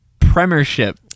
premiership